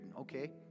okay